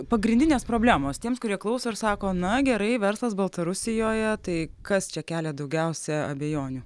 pagrindinės problemos tiems kurie klauso ir sako na gerai verslas baltarusijoje tai kas čia kelia daugiausia abejonių